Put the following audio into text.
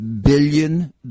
billion